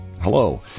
Hello